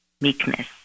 meekness